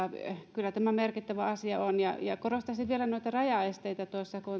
kyllä tämä merkittävä asia on korostaisin vielä noita rajaesteitä